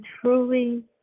truly